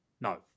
No